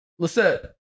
Lissette